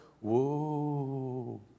whoa